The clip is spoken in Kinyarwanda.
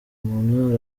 umuntu